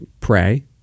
pray